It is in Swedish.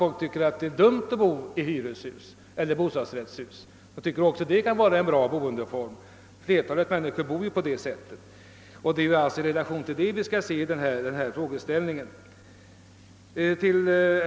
Folk tycker inte att det är dåligt att bo i hyreshus eller bostadsrättshus — man finner att även detta kan vara en bra boendeform, och flertalet människor bor ju på det sättet. — Frågeställningen skall alltså ses i relation härtill.